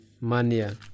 mania